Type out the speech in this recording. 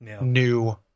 new